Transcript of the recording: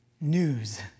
news